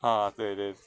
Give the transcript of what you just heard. ah 对对